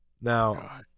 Now